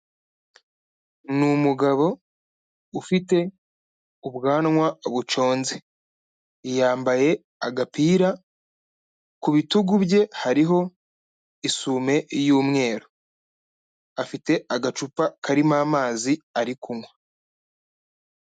Ni umugabo ufite ubwanwa buconze, yambaye agapira, ku bitugu bye hariho isume y'umweru, afite agacupa karimo amazi ari kunywa.